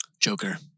Joker